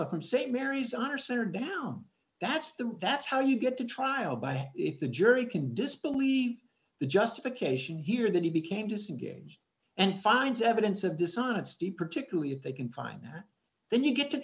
from st mary's arson or down that's the that's how you get to trial but if the jury can disbelief the justification here that he became disengaged and finds evidence of dishonesty particularly if they can find that then you get to